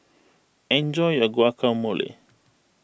enjoy your Guacamole